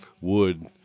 wood